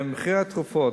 מחירי התרופות,